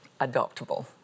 adoptable